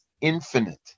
infinite